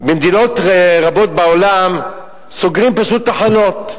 במדינות רבות בעולם סוגרים פשוט תחנות.